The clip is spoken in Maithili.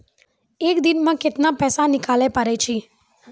एक दिन मे केतना रुपैया निकाले पारै छी?